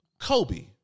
Kobe